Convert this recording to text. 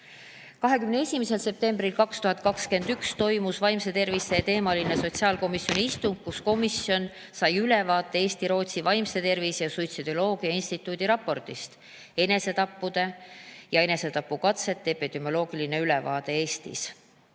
21. septembril 2021 toimus vaimse tervise teemaline sotsiaalkomisjoni istung, kus komisjon sai ülevaateEesti-Rootsi Vaimse Tervise ja Suitsidoloogia Instituudiraportist "Enesetappude ja enesetapukatsete epidemioloogiline ülevaade Eestis".